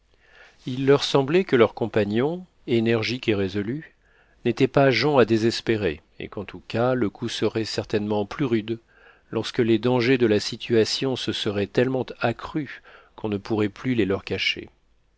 il leur semblait que leurs compagnons énergiques et résolus n'étaient pas gens à désespérer et qu'en tout cas le coup serait certainement plus rude lorsque les dangers de la situation se seraient tellement accrus qu'on ne pourrait plus les leur cacher